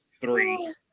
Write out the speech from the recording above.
Three